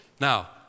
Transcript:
Now